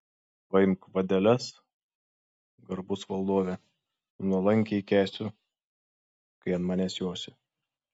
paimk vadeles garbus valdove nuolankiai kęsiu kai ant manęs josi